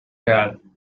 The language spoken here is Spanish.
real